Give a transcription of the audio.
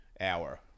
hour